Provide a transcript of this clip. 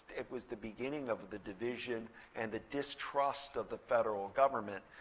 it was the beginning of the division and the distrust of the federal government.